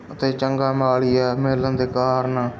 ਅਤੇ ਚੰਗਾ ਮਾਲੀਆ ਮਿਲਣ ਦੇ ਕਾਰਣ